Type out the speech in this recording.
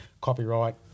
copyright